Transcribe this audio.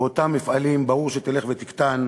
באותם מפעלים ברור שתלך ותקטן,